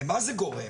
למה זה גורם,